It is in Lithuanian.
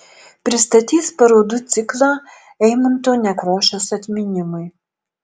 pristatys parodų ciklą eimunto nekrošiaus atminimui